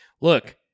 look